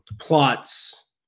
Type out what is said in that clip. plots